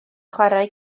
chwarae